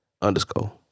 underscore